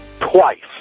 twice